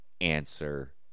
answer